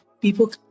people